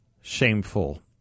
shameful